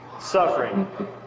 suffering